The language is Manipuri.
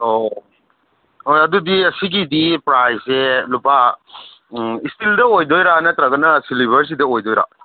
ꯑꯣ ꯍꯣꯏ ꯑꯗꯨꯗꯤ ꯁꯤꯒꯤꯗꯤ ꯄ꯭ꯔꯥꯏꯁꯁꯦ ꯂꯨꯄꯥ ꯏꯁꯇꯤꯜꯗ ꯑꯣꯏꯗꯣꯏꯔꯥ ꯅꯠꯇ꯭ꯔꯒꯅ ꯁꯤꯜꯚꯔꯁꯤꯗ ꯑꯣꯏꯗꯣꯏꯔꯥ